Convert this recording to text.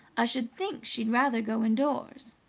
i should think she'd rather go indoors.